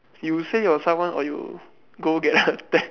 you say yourself one or you go get a test